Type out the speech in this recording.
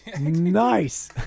nice